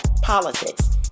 politics